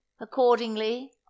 Accordingly